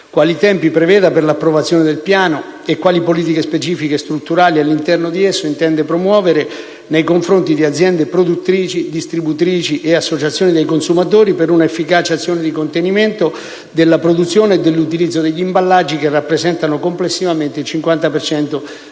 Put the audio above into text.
quali tempi preveda per l'approvazione del piano e quali politiche specifiche e strutturali all'interno di esso intende promuovere nei confronti di aziende produttrici, distributrici e associazioni dei consumatori per una efficace azione di contenimento della produzione e dell'utilizzo degli imballaggi, che rappresentano complessivamente il 50 per cento